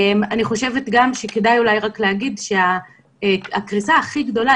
אני חושבת גם שכדאי אולי רק להגיד שהקריסה הכי גדולה,